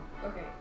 Okay